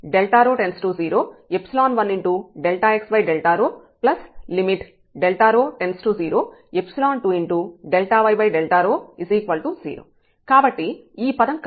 z dz ρ→01xρ→02y0 కాబట్టి ఈ పదం ఖచ్చితంగా ఈ x కన్నా పెద్దది